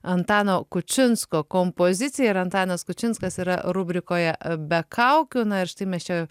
antano kučinsko kompozicija ir antanas kučinskas yra rubrikoje be kaukių ir štai mes čia